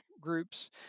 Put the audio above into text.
groups